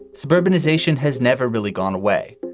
suburbanization has never really gone away